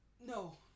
no